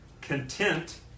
content